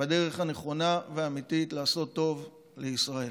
בדרך הנכונה והאמיתית לעשות טוב לישראל.